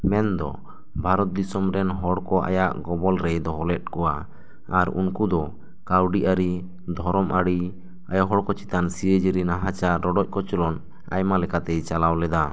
ᱢᱮᱱ ᱫᱚ ᱵᱷᱟᱨᱚᱛ ᱫᱤᱥᱚᱢ ᱨᱮᱱ ᱦᱚᱲ ᱠᱚ ᱟᱭᱟᱜ ᱜᱚᱵᱚᱞ ᱨᱮ ᱫᱚᱦᱚ ᱞᱮᱫ ᱠᱚᱣᱟ ᱟᱨ ᱩᱱᱠᱩ ᱫᱚ ᱠᱟᱹᱣᱰᱤ ᱟᱹᱨᱤ ᱫᱷᱚᱨᱚᱢ ᱟᱹᱨᱤ ᱟᱭᱳ ᱦᱚᱲ ᱠᱚ ᱪᱮᱛᱟᱱ ᱥᱤᱭᱚᱡᱟᱹᱨᱤ ᱱᱟᱦᱟᱪᱟᱨ ᱨᱚᱰᱚᱡ ᱠᱚᱪᱞᱚᱱ ᱟᱭᱢᱟ ᱞᱮᱠᱟᱛᱮ ᱪᱟᱞᱟᱣ ᱞᱮᱫᱟ